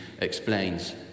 explains